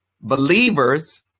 Believers